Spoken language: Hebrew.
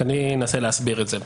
אני אנסה להסביר את זה.